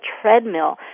treadmill